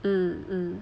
mm mm